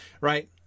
right